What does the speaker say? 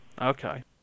Okay